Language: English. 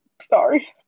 Sorry